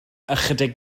ychydig